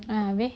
habis